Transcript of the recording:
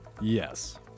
Yes